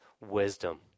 wisdom